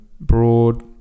Broad